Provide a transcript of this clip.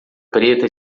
preta